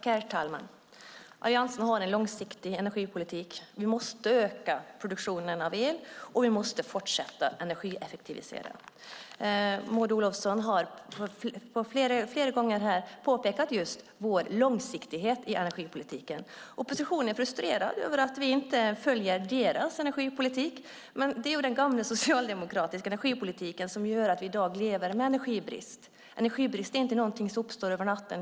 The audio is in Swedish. Herr talman! Alliansen har en långsiktig energipolitik. Vi måste öka produktionen av el, och vi måste fortsätta energieffektivisera. Maud Olofsson har flera gånger här påpekat just vår långsiktighet i energipolitiken. Oppositionen är frustrerad över att vi inte följer deras energipolitik, men det är ju den gamla socialdemokratiska energipolitiken som gör att vi i dag lever med energibrist. Energibrist är inte något som uppstår över natten.